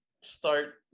start